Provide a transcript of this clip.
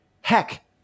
Heck